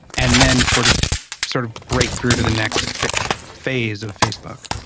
and then sort of sort of break through to the next phase of facebook?